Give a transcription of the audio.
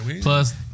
Plus